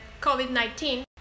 COVID-19